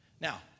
Now